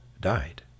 died